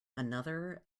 another